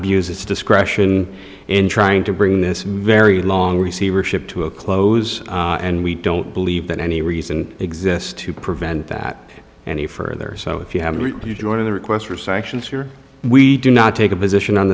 abuse its discretion in trying to bring this very long receivership to a close and we don't believe that any reason exists to prevent that any further so if you have you join in the request for sanctions here we do not take a position on